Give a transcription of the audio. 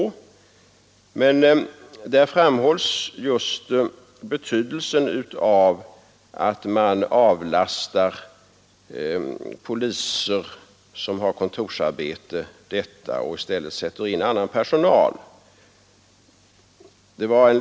Där framhölls just betydelsen av att man avlastar poliser kontorsarbete och i stället sätter in annan personal på detta.